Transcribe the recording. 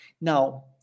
Now